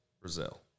Brazil